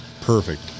perfect